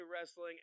wrestling